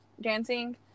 dancing